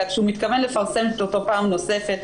רק שהוא מתכוון לפרסם אותו פעם נוספת,